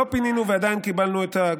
לא פינינו ועדיין קיבלנו את האג.